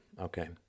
okay